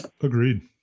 Agreed